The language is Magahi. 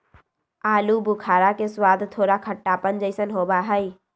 आलू बुखारा के स्वाद थोड़ा खट्टापन जयसन होबा हई